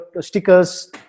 stickers